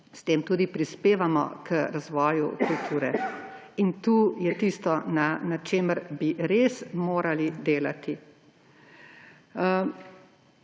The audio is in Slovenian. s tem tudi prispevamo k razvoju kulture. In tu je tisto, na čemer bi res morali delati.